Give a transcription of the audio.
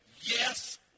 yes